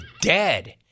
dead